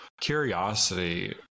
curiosity